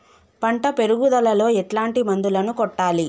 పంట పెరుగుదలలో ఎట్లాంటి మందులను కొట్టాలి?